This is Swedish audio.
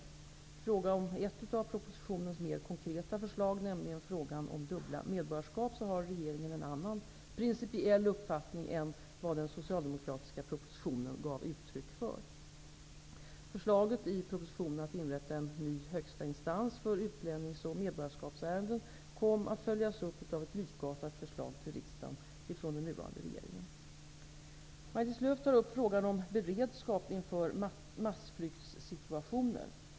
I fråga om ett av propositionens mer konkreta förslag, nämligen frågan om dubbla medborgarskap, har regeringen en annan principiell uppfattning än vad den socialdemokratiska propositionen gav uttryck för. Förslaget i propositionen att inrätta en ny högsta instans för utlännings och medborgarskapsärenden kom att följas upp av ett likartat förslag till riksdagen från den nuvarande regeringen. Maj-Lis Lööw tar upp frågan om beredskap inför massflyktssituationer.